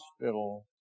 hospital